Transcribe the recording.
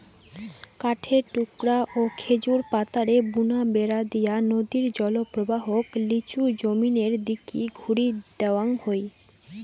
কাঠের টুকরা ও খেজুর পাতারে বুনা বেড়া দিয়া নদীর জলপ্রবাহক লিচু জমিনের দিকি ঘুরি দেওয়াং হই